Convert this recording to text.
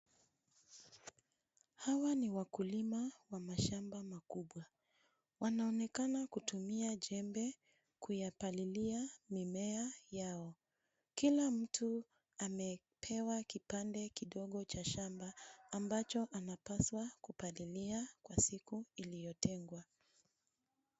Hawa ni wakulima wa mashamba makubwa. Wanaonekana kutumia jembe kuyapalilia mimea yao. Kila mtu amepewa kipande kidogo cha shamba ambacho anapaswa kupalilia kwa siku iliyotengwa.